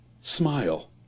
Smile